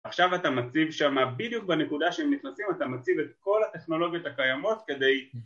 עכשיו אתה מציב שם בדיוק בנקודה שהם נכנסים, אתה מציב את כל הטכנולוגיות הקיימות כדי